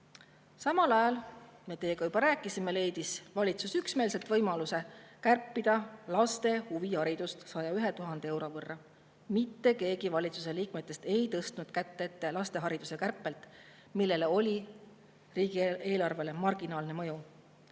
Samal ajal, nagu me teiega juba rääkisime, leidis valitsus üksmeelselt võimaluse kärpida laste huvihariduse [toetust] 101 000 euro võrra. Mitte keegi valitsuse liikmetest ei tõstnud kätt ette laste [huvi]hariduse kärpele, millel oli riigieelarvele marginaalne mõju. Kõik